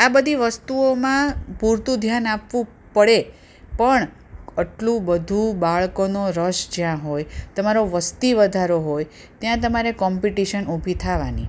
આ બધી વસ્તુઓમાં પૂરતું ધ્યાન આપવું પડે પણ આટલું બધુ બાળકોનો રસ જ્યાં હોય તમારો વસ્તી વધારો હોય ત્યાં તમારે કોમ્પિટિશન ઊભી થવાની